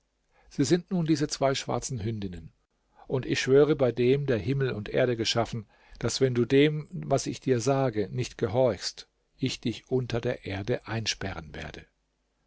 sie sind nun diese zwei schwarzen hündinnen und ich schwöre bei dem der himmel und erde geschaffen daß wenn du dem was ich dir sage nicht gehorchst ich dich unter der erde einsperren werde